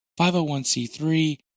501c3